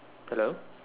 hello